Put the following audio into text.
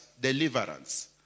deliverance